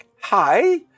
hi